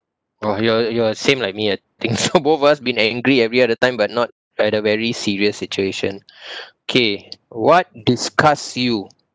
oh you're you're same like me ah I think so both of us been angry every other time but not at a very serious situation okay what disgusts you